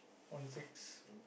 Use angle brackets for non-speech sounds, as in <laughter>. one six <breath>